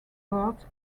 birds